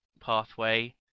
pathway